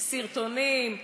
סרטונים,